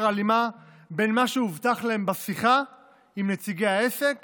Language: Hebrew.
הלימה בין מה שהובטח להם בשיחה עם נציגי העסק